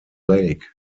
lake